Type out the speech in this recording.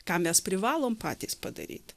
ką mes privalom patys padaryt